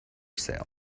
sale